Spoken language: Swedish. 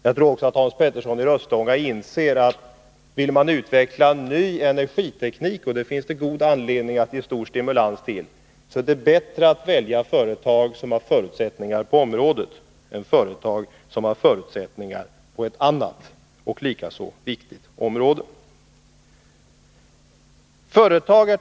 Jag tror också att Hans Petersson i Hallstahammar inser, att om man vill utveckla ny energiteknik — och det finns god anledning att ge stimulans till detta — är det bättre att välja företag som har förutsättningar på de nya områdena än företag som har förutsättningar på ett helt annat område. Herr talman!